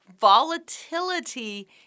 Volatility